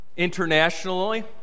internationally